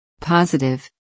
Positive